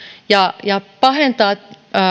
ja ja pahentaa